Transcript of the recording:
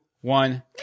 one